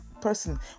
person